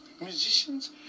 musicians